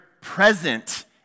present